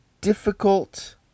difficult